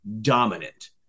dominant